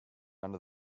under